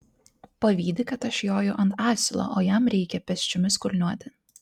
pavydi kad aš joju ant asilo o jam reikia pėsčiomis kulniuoti